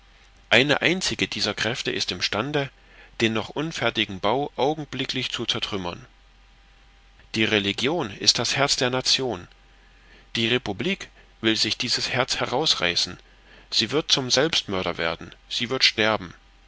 eine einzige dieser kräfte ist im stande den noch unfertigen bau augenblicklich zu zertrümmern die religion ist das herz der nation die republik will sich dieses herz herausreißen sie wird zum selbstmörder werden sie wird sterben